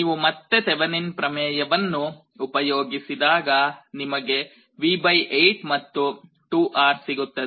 ನೀವು ಮತ್ತೆ ತೆವೆನಿನ್ ಪ್ರಮೇಯವನ್ನು ಉಪಯೋಗಿಸಿದಾಗ ನಿಮಗೆ V 8 ಮತ್ತು 2R ಸಿಗುತ್ತದೆ